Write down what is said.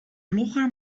blogger